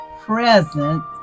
present